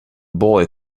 boy